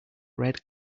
red